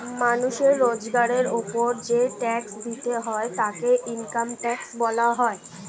মানুষের রোজগারের উপর যেই ট্যাক্স দিতে হয় তাকে ইনকাম ট্যাক্স বলা হয়